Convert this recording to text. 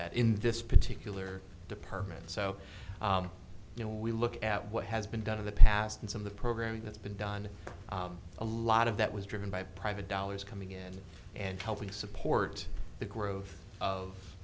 that in this particular department so you know we look at what has been done in the past and some of the program that's been done a lot of that was driven by private dollars coming in and helping support the growth of